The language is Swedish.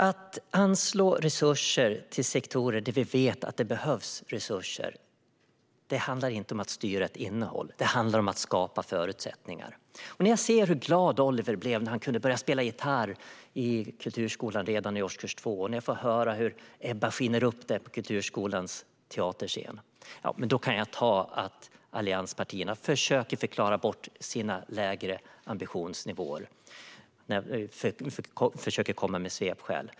Att anslå resurser till sektorer där vi vet att det behövs resurser handlar inte om att styra innehållet. Det handlar om att skapa förutsättningar. När jag då ser hur glad Oliver blev när han kunde börja spela gitarr i kulturskolan redan i årskurs 2 och när jag får höra hur Ebba skiner upp på kulturskolans teaterscen kan jag ta att allianspartierna försöker förklara bort sina lägre ambitionsnivåer och försöker komma med svepskäl.